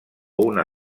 una